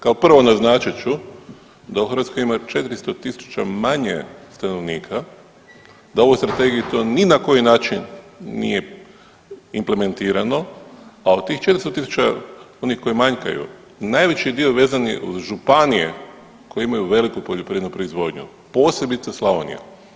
Kao prvo naznačit ću da u Hrvatskoj ima 400.000 manje stanovnika, da u ovoj strategiji to ni na koji način nije implementirano, a od tih 400.000 onih koji manjkaju najveći dio vezan je uz županije koje imaju veliku poljoprivrednu proizvodnju, posebice Slavonija.